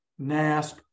NASP